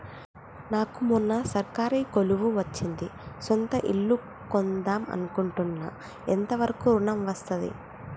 నాకు మొన్న సర్కారీ కొలువు వచ్చింది సొంత ఇల్లు కొన్దాం అనుకుంటున్నా ఎంత వరకు ఋణం వస్తది?